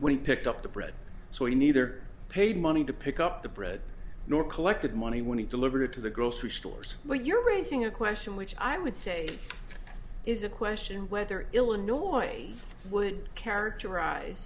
when he picked up the bread so he neither paid money to pick up the bread nor collected money when he delivered it to the grocery stores but you're raising a question which i would say is a question whether illinois would characterize